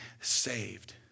saved